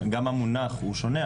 גם המונח הוא שונה,